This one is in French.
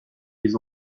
les